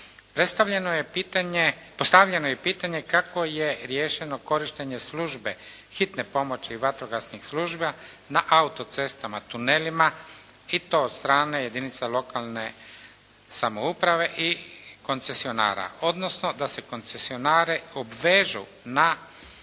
Postavljeno je pitanje kako je riješeno korištenje službe hitne pomoći i vatrogasnih služba na autocestama, tunelima i to od strane jedinica lokane samouprave i koncesionara. Odnosno da se koncesionari obvežu na